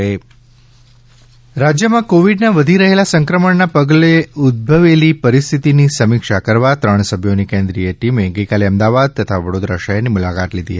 કેન્દ્રિય ટીમ રાજ્યમાં કોવિડના વધી રહેલા સંક્રમણના પગલે ઉદ્દભવેલી સ્થિતિની સમીક્ષા કરવા ત્રણ સભ્યોની કેન્દ્રિય ટીમે ગઇકાલે અમદાવાદ તથા વડોદરા શહેરની મુલાકાત લીધી